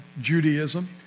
Judaism